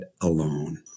alone